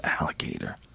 alligator